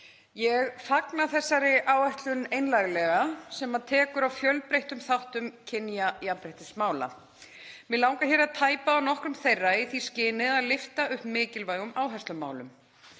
Ég fagna þessari áætlun einlæglega sem tekur á fjölbreyttum þáttum kynjajafnréttismála. Mig langar að tæpa á nokkrum þeirra í því skyni að lyfta upp mikilvægum áherslumálum.